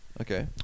Okay